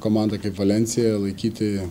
komanda kaip valensija laikyti